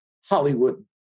Hollywood